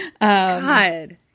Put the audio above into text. god